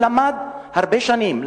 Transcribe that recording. הוא למד הרבה שנים,